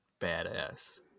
badass